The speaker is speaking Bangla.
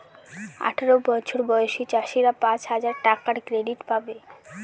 আঠারো বছর বয়সী চাষীরা পাঁচ হাজার টাকার ক্রেডিট পাবে